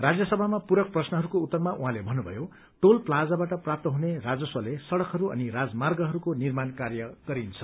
राज्यसभामा पूरक प्रश्नहरूको उत्तरमा उहाँले भन्नुभयो टोल प्लाजाबाट प्राप्त हुने राजस्वले सड़कहरू अनि राजमार्गहरूको निर्माण कार्य गरिन्छ